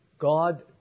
God